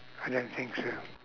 I don't think so